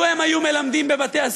לו הם היו מלמדים בבתי-הספר,